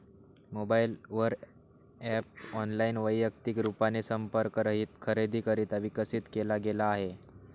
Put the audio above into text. mobile वर app online, वैयक्तिक रूपाने संपर्क रहित खरेदीकरिता विकसित केला गेला आहे